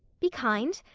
be kind,